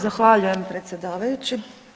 Zahvaljujem predsjedavajući.